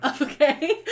Okay